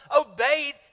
obeyed